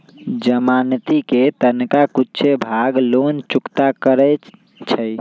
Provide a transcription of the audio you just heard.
जमानती कें तनका कुछे भाग लोन चुक्ता करै छइ